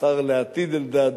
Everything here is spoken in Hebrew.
השר לעתיד אלדד,